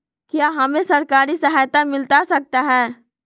क्या हमे सरकारी सहायता मिलता सकता है?